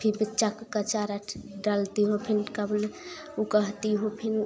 फिर बच्चा का चारा डालती हूँ फिर का बोले उ कहती हूँ फिर